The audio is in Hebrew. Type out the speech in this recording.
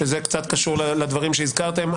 שזה קצת קשור לדברים שהזכרתם.